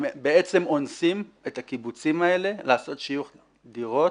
בעצם אונסים את הקיבוצים האלה לעשות שיוך דירות